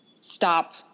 stop